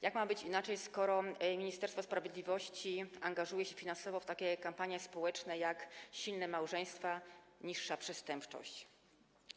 Jak ma być inaczej, skoro Ministerstwo Sprawiedliwości angażuje się finansowo w takie kampanie społeczne jak „Silne małżeństwa - niższa przestępczość”